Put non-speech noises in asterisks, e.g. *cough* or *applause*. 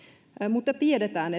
mutta tiedetään *unintelligible*